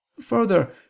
further